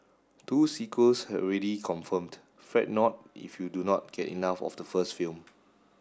two sequels already confirmed Fret not if you do not get enough of the first film